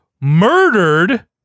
murdered